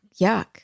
Yuck